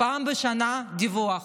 פעם בשנה דיווח